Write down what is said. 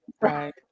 right